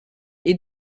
est